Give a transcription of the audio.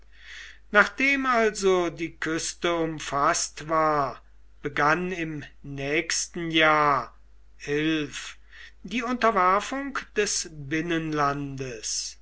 nachdem also die küste umfaßt war begann im nächsten jahr die unterwerfung des binnenlandes